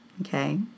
okay